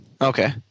Okay